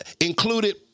included